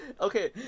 okay